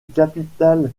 capital